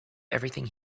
everything